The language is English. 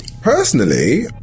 personally